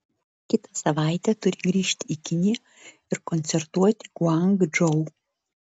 kitą savaitę turi grįžti į kiniją ir koncertuoti guangdžou